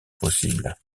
possible